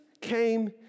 came